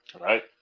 Right